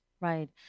Right